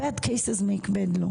מקרים רעים מביאים חוקים רעים.